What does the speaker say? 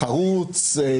חרוץ,